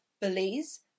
Belize